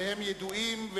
והם ידועים,